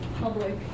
public